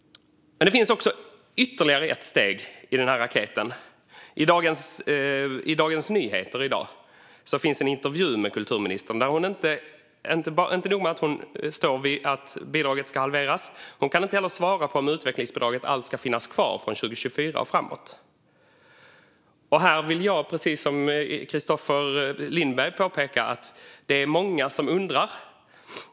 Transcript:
Det finns ytterligare ett steg i den här raketen. I Dagens Nyheter i dag finns det en intervju med kulturministern. Det är inte nog med att hon där står fast vid att bidraget ska halveras; hon kan inte heller svara på om utvecklingsbidraget alls ska finnas kvar från 2024 och framåt. Jag vill, precis som Kristoffer Lindberg, påpeka att många undrar.